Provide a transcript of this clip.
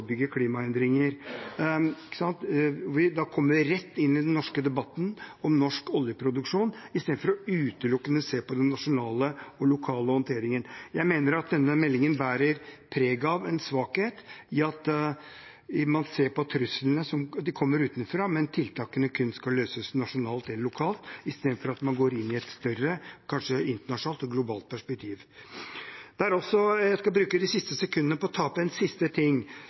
klimaendringer. Da kommer vi rett inn i den norske debatten om norsk oljeproduksjon, istedenfor utelukkende å se på den nasjonale og lokale håndteringen. Jeg mener at denne meldingen bærer preg av en svakhet ved at man ser på truslene som noe som kommer utenfra, mens tiltakene kun skal løses nasjonalt eller lokalt, istedenfor at man går inn i et større, kanskje internasjonalt og globalt perspektiv. Jeg skal bruke de siste sekundene på å ta opp en siste ting.